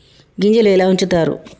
గింజలు ఎలా ఉంచుతారు?